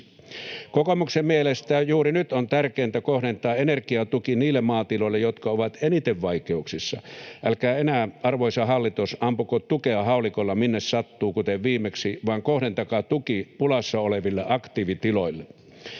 Kokoomuksen mielestä juuri nyt on tärkeintä kohdentaa energiatuki niille maatiloille, jotka ovat eniten vaikeuksissa. Älkää enää, arvoisa hallitus, ampuko tukea haulikolla minne sattuu, kuten viimeksi, vaan kohdentakaa tuki pulassa oleville aktiivitiloille.